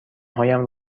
هایم